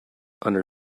under